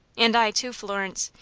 and i, too, florence.